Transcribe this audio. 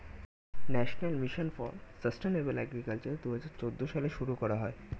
national mission for sustainable agriculture দুহাজার চৌদ্দ সালে শুরু করা হয়